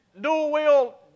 dual-wheel